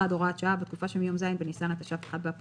הוראת שעה 1. בתקופה שמיום ז' בניסן התש"ף (1 באפריל